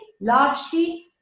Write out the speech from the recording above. largely